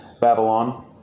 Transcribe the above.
Babylon